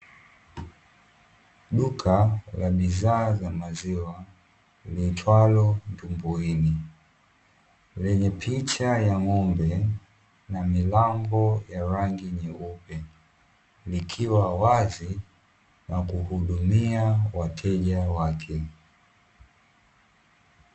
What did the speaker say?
Duka la bidhaa za maziwa liitwalo Ndumbuini lenye picha ya ng'ombe na milango ya rangi nyeupe likiwa wazi na kuhudumia wateja wake .